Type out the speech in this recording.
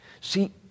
See